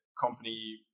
company